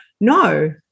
No